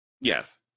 Yes